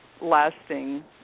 lasting